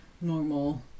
normal